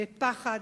בפחד.